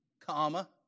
comma